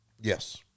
yes